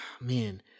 man